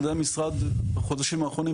על ידי המשרד בחודשים האחרונים,